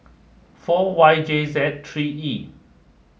four Y J Z three E